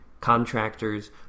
contractors